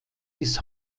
bis